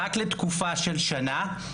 רק לתקופה של שנה,